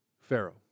Pharaoh